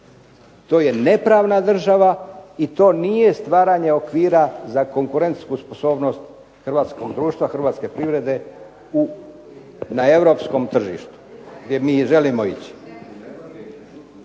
To je nepravna država i to nije stvaranje okvira za konkurentsku sposobnost hrvatskog društva, hrvatske privrede na europskom tržištu gdje mi želimo ići.